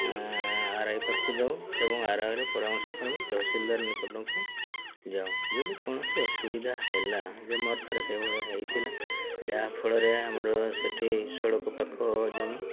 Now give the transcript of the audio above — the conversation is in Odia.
ଆର୍ ଆଇ ପାଖକୁ ଯାଉ ଏବଂ ଆର୍ଆଇର ପରାମର୍ଶ କରିବୁ ତହସିଲ ନିକଟଙ୍କୁ ଯାଉ ଯଦି କୌଣସି ଅସୁବିଧା ହେଲା ଯେ ମୋର୍ଥରେ ସେଭଳିଆ ହେଇଥିଲା ଯାହାଫଳରେ ଆମର ସେଠି ସଡ଼କ ପାଖ ଜମି